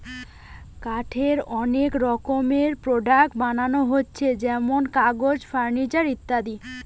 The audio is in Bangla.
কাঠের অনেক রকমের প্রোডাক্টস বানানা হচ্ছে যেমন কাগজ, ফার্নিচার ইত্যাদি